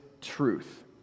truth